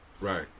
Right